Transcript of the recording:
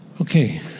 Okay